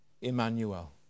Emmanuel